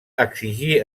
exigir